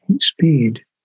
speed